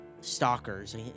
stalkers